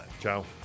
Ciao